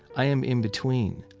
i am in between,